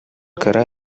кыра